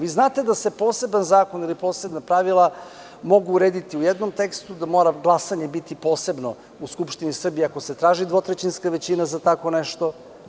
Vi znate da se poseban zakon, ili posebna pravila mogu urediti u jednom tekstu, da mora glasanje biti posebno u Skupštini Srbije ako se traži dvotrećinska većina za tako nešto.